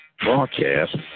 Broadcast